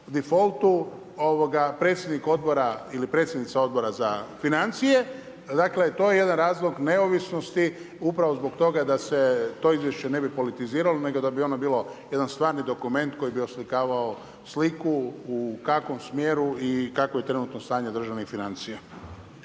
defaultu predsjednik odbora ili predsjednica Odbora za financije. Dakle to je jedan razlog neovisnosti upravo zbog toga da se to izvješće ne bi politiziralo nego da bi ono bilo jedan stvarni dokument koji bi oslikavao sliku u kakvom smjeru i kakvo je trenutno stanje državnih financija.